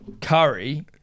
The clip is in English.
Curry